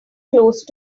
close